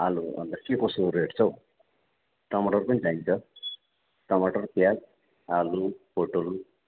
आलु अन्त के कसो रेट छ हौ टमाटर पनि चाहिन्छ टमाटर प्याज आलु पोटल